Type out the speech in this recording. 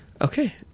Okay